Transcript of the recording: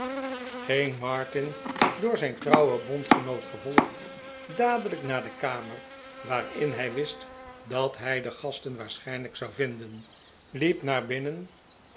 ging martin door zijn trouwen bondgenoot gevolgd dadelijk naar de kamer waarin hi wist dat hij de gasten waarschijnlijk zou vinden liep naar binnen